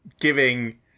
giving